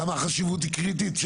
כמה החשיבות היא קריטית?